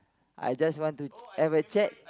I just want to ch~ have a chat